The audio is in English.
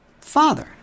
father